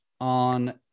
on